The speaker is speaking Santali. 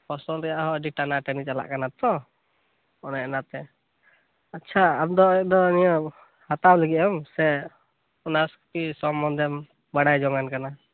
ᱯᱷᱚᱥᱚᱞ ᱨᱮᱭᱟᱜ ᱦᱚᱸ ᱟᱹᱰᱤ ᱴᱟᱱᱟ ᱴᱟᱹᱱᱤ ᱪᱟᱞᱟᱜ ᱠᱟᱱᱟ ᱛᱚ ᱚᱱᱮ ᱚᱱᱟᱛᱮ ᱟᱪᱪᱷᱟ ᱟᱢ ᱫᱚ ᱱᱤᱭᱟᱹ ᱠᱚ ᱫᱚᱢ ᱦᱟᱛᱟᱣ ᱞᱟᱹᱜᱤᱫ ᱮᱢ ᱥᱮ ᱚᱱᱟ ᱠᱚ ᱥᱚᱢᱢᱚᱱᱫᱷᱮᱢ ᱵᱟᱰᱟᱭ ᱡᱚᱝᱟᱱ ᱠᱟᱱᱟ